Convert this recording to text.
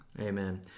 Amen